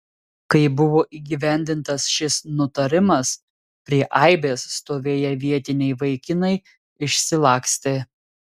kai buvo įgyvendintas šis nutarimas prie aibės stovėję vietiniai vaikinai išsilakstė